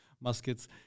muskets –